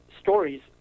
stories